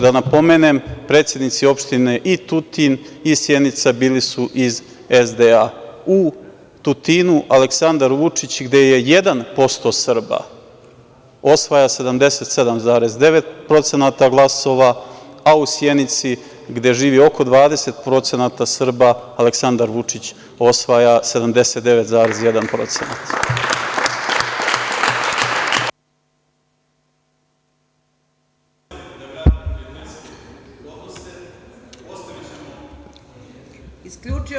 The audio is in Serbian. Da napomenem, predsednici opština i Tutin i Sjenica, bili su iz SDA, u Tutinu Aleksandar Vučić gde je 1% Srba, osvaja 77,9% glasova, a u Sjenici gde živi oko 20% Srba Aleksandar Vučić osvaja 79,1%